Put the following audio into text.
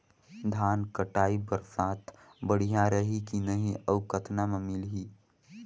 धान कटाई बर साथ बढ़िया रही की नहीं अउ कतना मे मिलही?